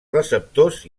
receptors